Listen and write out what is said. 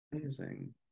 Amazing